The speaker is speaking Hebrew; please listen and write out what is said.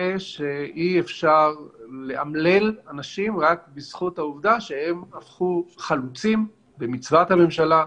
שאי-אפשר לאמלל אנשים רק בזכות העובדה שהם הפכו חלוצים במצוות הממשלה,